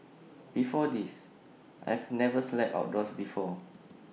before this I've never slept outdoors before